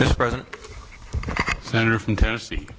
this president senator from tennessee